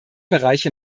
bereiche